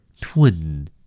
twin